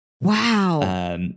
Wow